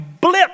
blip